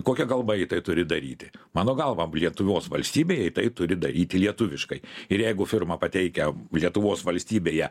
kokia kalba ji tai turi daryti mano galva lietuvos valstybėj tai turi daryti lietuviškai ir jeigu firma pateikia lietuvos valstybėje